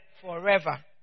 forever